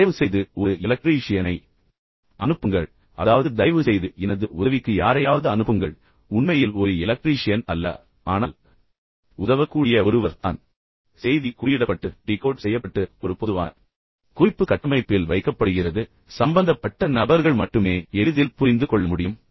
தயவுசெய்து ஒரு எலக்ட்ரீஷியனை அனுப்புங்கள் அதாவது தயவுசெய்து எனது உதவிக்கு யாரையாவது அனுப்புங்கள் உண்மையில் ஒரு எலக்ட்ரீஷியன் அல்ல ஆனால் உண்மையில் அவருக்கு உதவக்கூடிய ஒருவர் தான் எனவே செய்தி குறியிடப்பட்டு டிகோட் செய்யப்பட்டு ஒரு பொதுவான குறிப்பு கட்டமைப்பில் வைக்கப்படுகிறது சம்பந்தப்பட்ட நபர்கள் மட்டுமே எளிதில் புரிந்து கொள்ள முடியும்